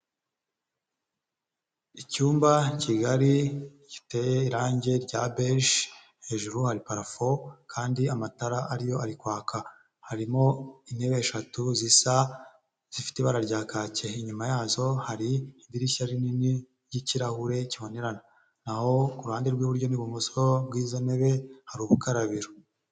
Icyumba kigari giteye irangi rya beji, hejuru hari parafo kandi amatara ari yo ari kwaka. Harimo intebe eshatu zisa zifite ibara rya kake, inyuma yazo hari idirishya rinini ry'ikirahure kibonerana, naho kuruhande rw'iburyo n'ibumoso bw'izo ntebe hari urukarabiro.